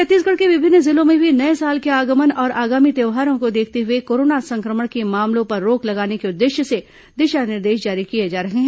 छत्तीसगढ़ के विभिन्न जिलों में भी नये साल के आगमन और आगामी इधर त्यौहारों को देखते हुए कोरोना संक्रमण के मामलों पर रोक लगाने के उद्देश्य से दिशा निर्देश जारी किए जा रहे हैं